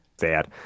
Sad